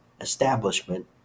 establishment